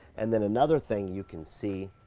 and then another thing you can see,